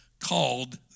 called